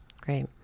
Great